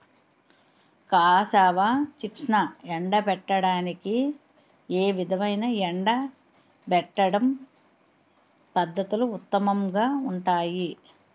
Cassava చిప్స్ను ఎండబెట్టడానికి ఏ విధమైన ఎండబెట్టడం పద్ధతులు ఉత్తమంగా ఉంటాయి?